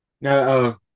no